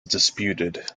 disputed